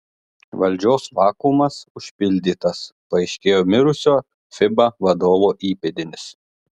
valdžios vakuumas užpildytas paaiškėjo mirusio fiba vadovo įpėdinis